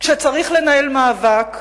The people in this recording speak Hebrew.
כשצריך לנהל מאבק.